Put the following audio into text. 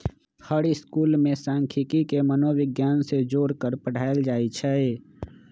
हर school में सांखियिकी के मनोविग्यान से जोड़ पढ़ायल जाई छई